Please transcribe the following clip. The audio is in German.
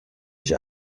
ich